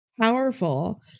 powerful